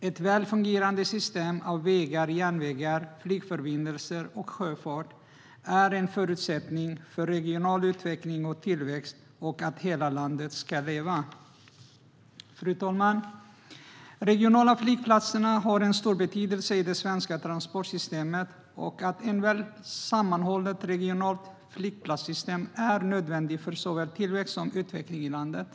Ett väl fungerande system av vägar, järnvägar, flygförbindelser och sjöfart är en förutsättning för regional utveckling och tillväxt och för att hela landet ska leva. Fru talman! De regionala flygplatserna har en stor betydelse i det svenska transportsystemet. Ett väl sammanhållet regionalt flygplatssystem är nödvändigt för såväl tillväxt som utveckling i landet.